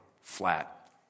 flat